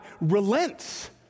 relents